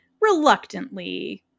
reluctantly